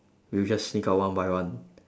we'll just sneak out one by one